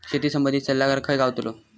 शेती संबंधित सल्लागार खय गावतलो?